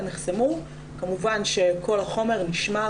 כמובן שכל החומר נשמר.